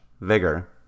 vigor